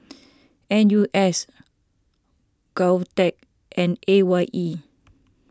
N U S Govtech and A Y E